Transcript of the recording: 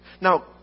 Now